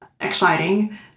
exciting